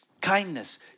kindness